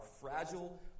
fragile